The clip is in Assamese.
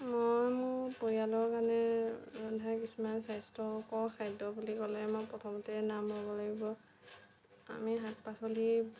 মই মোৰ পৰিয়ালৰ কাৰণে ৰন্ধা কিছুমান স্বাস্থ্যকৰ খাদ্য বুলি ক'লে মই প্ৰথমতে নাম ল'ব লাগিব আমি শাক পাচলি